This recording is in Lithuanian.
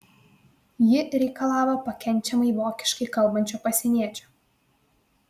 ji reikalavo pakenčiamai vokiškai kalbančio pasieniečio